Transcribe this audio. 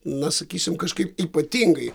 na sakysim kažkaip ypatingai